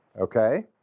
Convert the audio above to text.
Okay